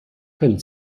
können